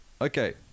Okay